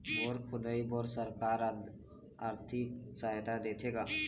Bore खोदाई बर सरकार आरथिक सहायता देथे का?